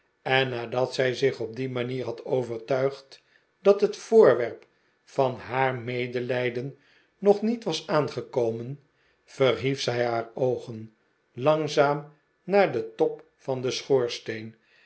en nadat zij zich op die manier had overtuigd dat het voorwerp van haar medelijden nog niet was aangekomen verhief zij haar oogen langzaam naar den top van den schoorsteen